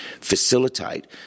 facilitate